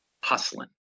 hustling